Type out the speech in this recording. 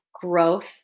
growth